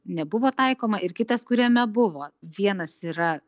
nebuvo taikoma ir kitas kuriame buvo vienas yra